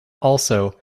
also